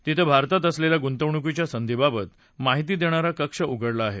तिथं भारतात असलेल्या गुंतवणूकीच्या संधींबाबत माहिती देणारा कक्ष उघडला आहे